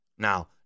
Now